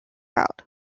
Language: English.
out